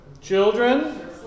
Children